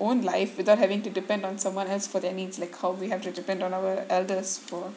own life without having to depend on someone else for their needs like how we have to depend on our elders for